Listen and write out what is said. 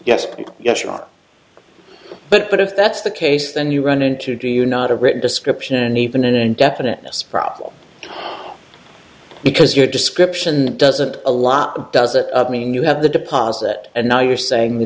because yes you are but but if that's the case then you run into do you not a written description even indefiniteness problem because your description doesn't a lot doesn't mean you have the deposit and now you're saying the